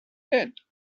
tent